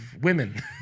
women